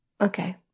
Okay